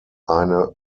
eine